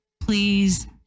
please